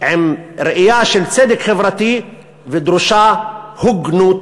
עם ראייה של צדק חברתי ודרושה הוגנות,